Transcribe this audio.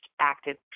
active